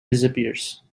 disappears